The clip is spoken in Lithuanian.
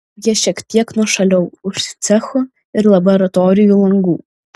jie šiek tiek nuošaliau už cechų ir laboratorijų langų